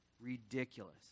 ridiculous